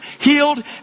healed